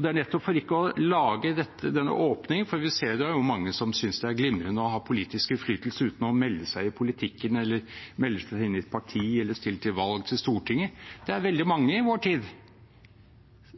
det er nettopp for ikke å lage denne åpningen, for vi ser at det er mange i vår tid som synes det er glimrende å ha politisk innflytelse uten å melde seg i politikken eller melde seg inn i et parti eller stille til valg til Stortinget,